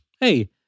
hey